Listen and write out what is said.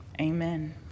Amen